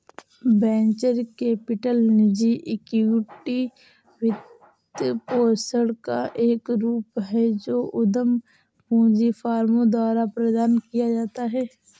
venture capital निजी equity वित्तपोषण का एक रूप है जो उद्यम पूंजी फर्मों द्वारा प्रदान किया जाता है